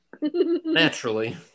Naturally